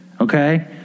okay